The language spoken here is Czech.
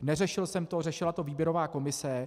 Neřešil jsem to, řešila to výběrová komise.